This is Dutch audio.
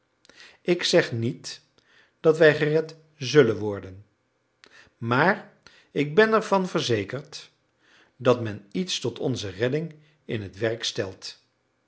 ik zeg niet dat wij gered zullen worden maar ik ben ervan verzekerd dat men iets tot onze redding in het werk stelt